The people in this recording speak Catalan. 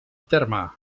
terme